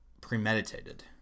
premeditated